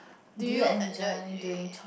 do you enjoy